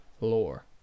lore